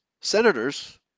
senators